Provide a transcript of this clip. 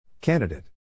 Candidate